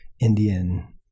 Indian